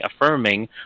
affirming